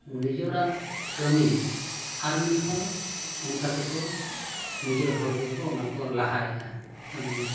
ᱱᱤᱡᱮᱨᱟᱜ ᱠᱟᱹᱢᱤ ᱟᱨ ᱢᱤᱫ ᱦᱚᱲ ᱚᱱᱠᱟ ᱛᱮᱠᱚ ᱱᱤᱡᱮᱨ ᱦᱚᱲ ᱜᱮᱠᱚ ᱚᱱᱟᱠᱚ ᱞᱟᱦᱟᱭᱮᱫᱼᱟ ᱠᱟᱹᱢᱤ